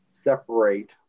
separate